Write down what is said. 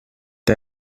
the